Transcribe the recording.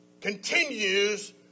continues